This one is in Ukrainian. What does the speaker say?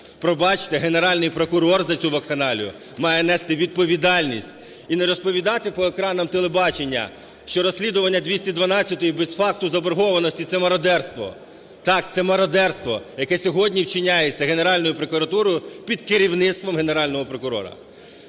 Пробачте, Генеральний прокурор за цю вакханалію має нести відповідальність і не розповідати по екранах телебачення, що розслідування 212-ї без факту заборгованості – це мародерство. Так, це мародерство, яке сьогодні вчиняється Генеральною прокуратурою під керівництвом Генерального прокурора.